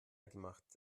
gemacht